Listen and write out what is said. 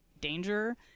danger